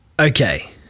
Okay